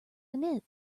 knit